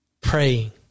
praying